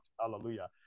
Hallelujah